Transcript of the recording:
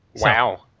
Wow